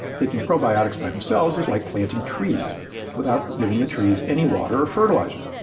taking probiotics by themselves is like planting trees without giving the trees any water or fertilizer.